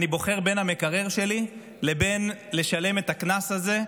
אני בוחר בין המקרר שלי לבין לשלם את הקנס הזה,